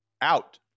out